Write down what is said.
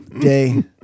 day